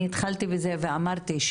אני התחלתי בזה ואמרתי,